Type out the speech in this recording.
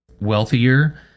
wealthier